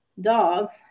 dogs